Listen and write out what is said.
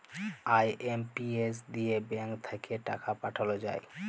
IMPS দিয়ে bank থাক্যে টাকা পাঠাল যায়